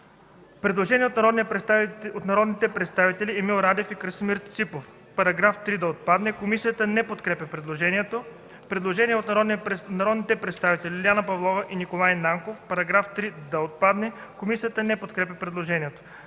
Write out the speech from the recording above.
Предложение от народните представители Емил Радев и Красимир Ципов –§ 3 да отпадне. Комисията не подкрепя предложението. Предложение от народните представители Лиляна Павлова и Николай Нанков –§ 3 да отпадне. Комисията не подкрепя предложението.